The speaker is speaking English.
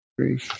Three